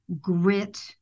grit